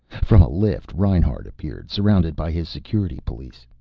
from a lift reinhart appeared, surrounded by his security police.